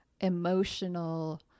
emotional